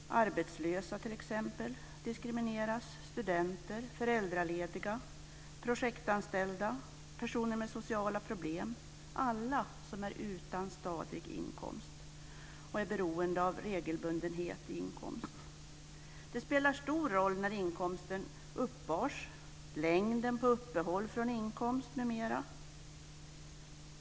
Arbetslösa t.ex. diskrimineras, studenter, föräldralediga, projektanställda, personer med sociala problem; alla som är utan stadig inkomst och är beroende av regelbundenhet i inkomst. Det spelar stor roll när inkomsten uppbars, längden på uppehåll från inkomst m.m.